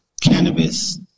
cannabis